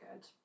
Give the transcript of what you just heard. good